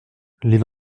les